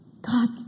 God